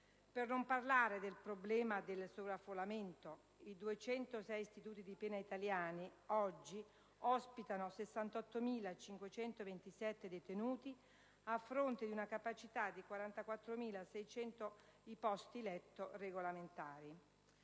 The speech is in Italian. parlo, poi, del problema del sovraffollamento: i 206 istituti di pena italiani oggi ospitano 68.527 detenuti, a fronte di una capacità di 44.612 posti letto regolamentari